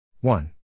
one